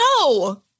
No